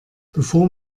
bevor